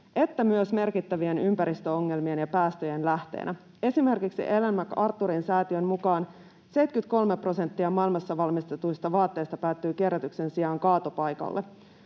että myös merkittävien ympäristöongelmien ja päästöjen lähteenä. Esimerkiksi Ellen MacArthurin säätiön mukaan 73 prosenttia maailmassa valmistetuista vaatteista päätyy kierrätyksen sijaan kaatopaikalle.